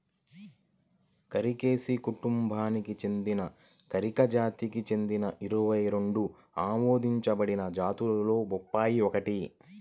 కారికేసి కుటుంబానికి చెందిన కారికా జాతికి చెందిన ఇరవై రెండు ఆమోదించబడిన జాతులలో బొప్పాయి ఒకటి